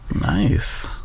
Nice